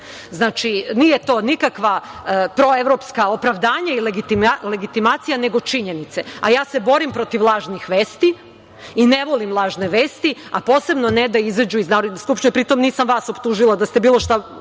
zna. Znači, nije to nikakvo proevropsko opravdanje i legitimacija, nego činjenica, a ja se borim protiv lažnih vesti i ne volim lažne vesti, a posebno ne da izađu iz Narodne skupštine. Pri tome, nisam vas optužila da ste bilo šta